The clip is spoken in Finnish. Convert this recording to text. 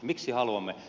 miksi haluamme